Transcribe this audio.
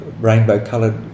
rainbow-coloured